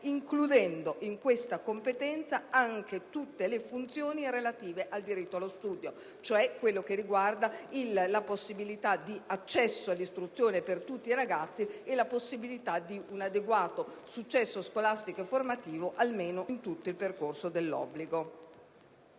includere in questa competenza anche tutte le funzioni relative al diritto allo studio. Mi riferisco alla possibilità di accesso all'istruzione per tutti i ragazzi e alla possibilità di un adeguato successo scolastico e formativo per tutto il percorso dell'obbligo.